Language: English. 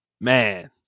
man